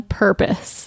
purpose